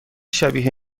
شبیه